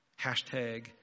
Hashtag